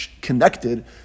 connected